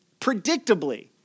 Predictably